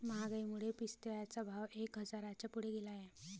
महागाईमुळे पिस्त्याचा भाव एक हजाराच्या पुढे गेला आहे